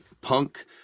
punk